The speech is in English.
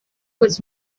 was